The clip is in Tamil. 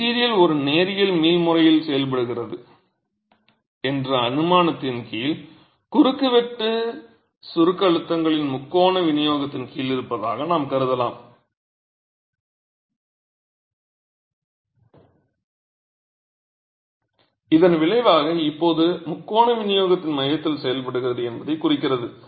மெட்டிரியல் ஒரு நேரியல் மீள் முறையில் செயல்படுகிறது என்ற அனுமானத்தின் கீழ் குறுக்குவெட்டு சுருக்க அழுத்தங்களின் முக்கோண விநியோகத்தின் கீழ் இருப்பதாக நாம் கருதலாம் இதன் விளைவாக இப்போது முக்கோண விநியோகத்தின் மையத்தில் செயல்படுகிறது என்பதைக் குறிக்கிறது